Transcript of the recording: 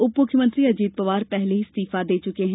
उप मुख्यमंत्री अजीत पंवार पहले ही इस्तीफा दे चुके हैं